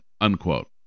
unquote